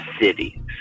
city